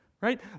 right